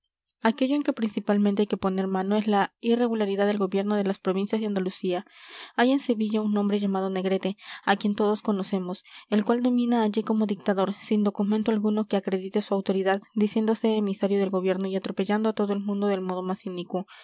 aquello en que principalmente hay que poner mano es la irregularidad del gobierno de las provincias de andalucía hay en sevilla un hombre llamado negrete a quien todos conocemos el cual domina allí como dictador sin documento alguno que acredite su autoridad diciéndose emisario del gobierno y atropellando a todo el mundo del modo más inicuo